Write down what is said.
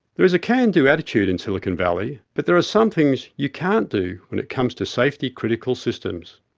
there is a can-do attitude in silicon valley, but there are some things you can't do when it comes to safety critical systems.